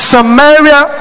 Samaria